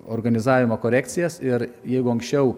organizavimo korekcijas ir jeigu anksčiau